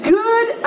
good